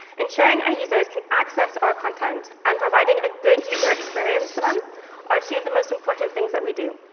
ensuring our users can access our content and providing a good user experience for them are two of the most important things that we do.